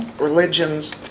Religions